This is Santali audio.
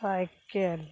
ᱥᱟᱭᱠᱮᱞ